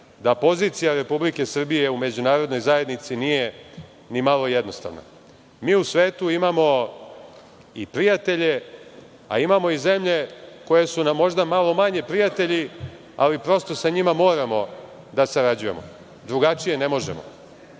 da pozicija Republike Srbije u međunarodnoj zajednici nije ni malo jednostavna. Mi u svetu imamo i prijatelje, a imamo i zemlje koje su nam možda malo manje prijatelji, ali prosto sa njima moramo da sarađujemo, drugačije ne možemo.